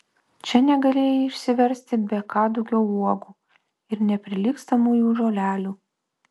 čia negalėjai išsiversti be kadugio uogų ir neprilygstamųjų žolelių